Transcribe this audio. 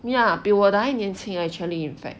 ya 比我的还年轻 actually in fact